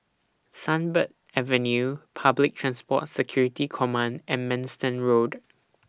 Sunbird Avenue Public Transport Security Command and Manston Road